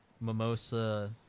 Mimosa